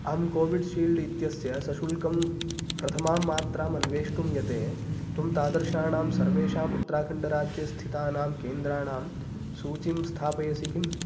अहं कोविड्शील्ड् इत्यस्य सशुल्कं प्रथमां मात्राम् अन्वेष्टुं यते त्वं तादृशाणां सर्वेषाम् उत्त्राखण्ड् राज्यस्थितानां केन्द्राणां सूचीं स्थापयसि किम्